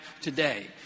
today